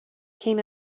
came